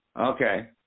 Okay